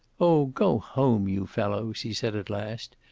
oh, go home, you fellows, he said at last.